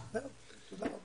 תודה רבה.